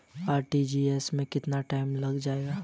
RTGS में कितना time लग जाएगा?